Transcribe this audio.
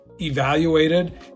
evaluated